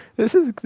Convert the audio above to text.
this is.